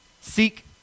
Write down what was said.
Seek